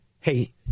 Hey